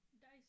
Dice